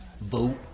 Vote